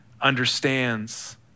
understands